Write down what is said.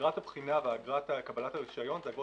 אגרת הבחינה ואגרת קבלת הרשיון זה אגרות